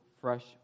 fresh